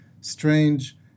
strange